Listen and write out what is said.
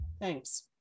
Thanks